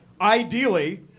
ideally